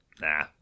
Nah